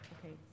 Okay